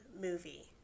movie